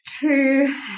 two